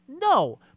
No